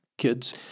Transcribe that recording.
kids